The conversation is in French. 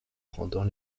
rendant